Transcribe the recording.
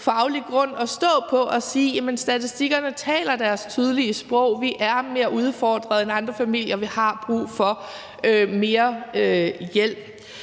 faglig grund at stå på i forhod til at sige: Statistikkerne taler deres tydelige sprog; vi er mere udfordrede end andre familier; vi har brug for mere hjælp.